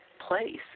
Place